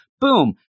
Boom